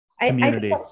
community